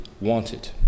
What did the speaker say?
wanted